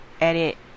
edit